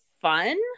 fun